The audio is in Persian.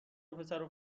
وپسرو